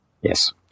Yes